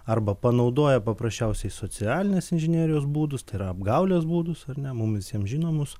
arba panaudoja paprasčiausiai socialinės inžinerijos būdus tai yra apgaulės būdus ar ne mum visiem žinomus